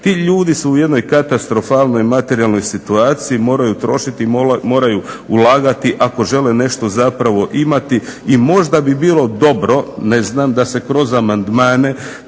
Ti ljudi su u jednoj katastrofalnoj materijalnoj situaciji, moraju trošiti, moraju ulagati ako žele nešto zapravo imati i možda bi bilo dobro da se kroz amandmane